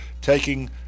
taking